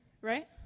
Right